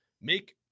make